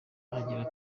agira